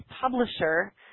publisher